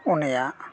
ᱩᱱᱤᱭᱟᱜ